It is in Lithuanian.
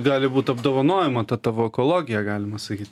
gali būt apdovanojama ta tavo ekologija galima sakyt